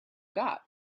got